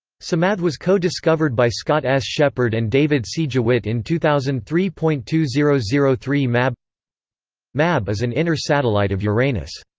psamathe was co-discovered by scott s. sheppard and david c. jewitt in two thousand and three point two zero zero three mab mab is an inner satellite of uranus.